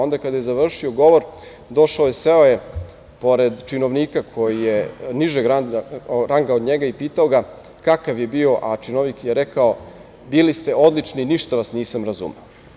Onda kada je završio govor došao je, seo je pored činovnika koji je nižeg ranga od njega i pitao ga kakav je bio, a činovnik je rekao – bili ste odlični, ništa vas nisam razumeo.